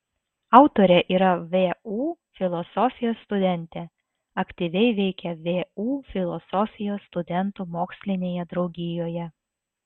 autorė yra vu filosofijos studentė aktyviai veikia vu filosofijos studentų mokslinėje draugijoje